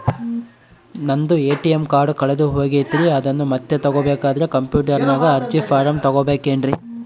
ನಂದು ATM card ಕಳೆದು ಹೋಗೈತ್ರಿ ಅದನ್ನು ಮತ್ತೆ ತಗೋಬೇಕಾದರೆ ಕಂಪ್ಯೂಟರ್ ನಾಗ ಅರ್ಜಿ ಫಾರಂ ತುಂಬಬೇಕನ್ರಿ?